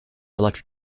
electric